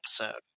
episode